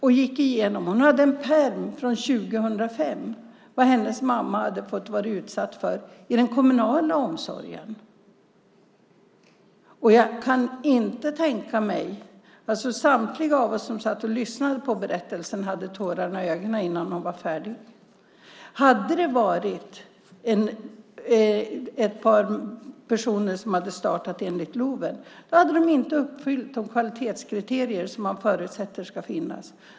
Vi gick igenom en pärm från 2005 som hon hade om vad hennes mamma hade varit utsatt för i den kommunala omsorgen. Samtliga av oss som satt och lyssnade på berättelsen hade tårar i ögonen innan hon var färdig. Hade det varit ett par personer som hade startat enligt LOV hade de inte uppfyllt de kvalitetskriterier som man förutsätter ska finnas.